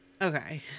Okay